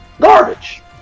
garbage